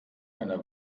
eine